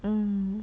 um